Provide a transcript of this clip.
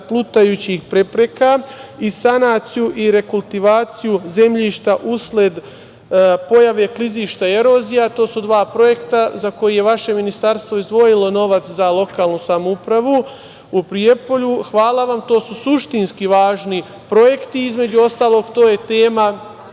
„plutajućih prepreka“ i sanaciju i rekultivaciju zemljišta usled pojave klizišta, erozija. To su dva projekta za koje je vaše Ministarstvo izdvojilo novac za lokalnu samoupravu u Prijepolju. Hvala vam. To su suštinski važni projekti, između ostalog, to je tema